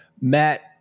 Matt